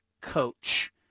coach